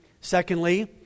Secondly